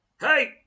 Hey